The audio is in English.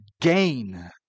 gain